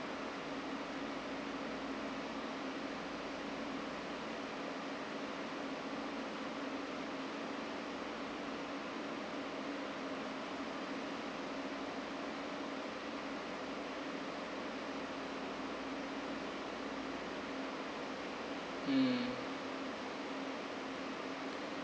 hmm